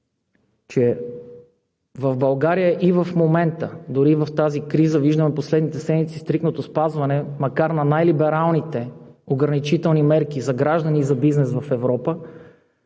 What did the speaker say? че в България и в момента, дори в тази криза, виждаме в последните седмици стриктното спазване, макар на най-либералните ограничителни мерки за граждани и за бизнес в Европа.